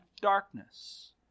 darkness